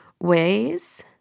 ways